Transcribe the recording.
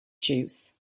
juice